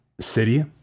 city